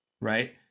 Right